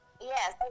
Yes